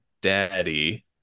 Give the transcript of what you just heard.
daddy